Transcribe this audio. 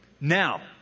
Now